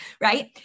right